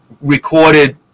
recorded